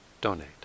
donate